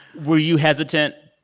were you hesitant,